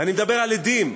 ואני מדבר על עדים,